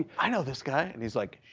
i know this guy. and he's like